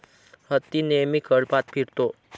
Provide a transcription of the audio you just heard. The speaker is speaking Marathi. हत्ती नेहमी कळपात फिरतो